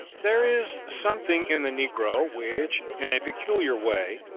there is something in the negro which, in a peculiar way,